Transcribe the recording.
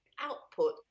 output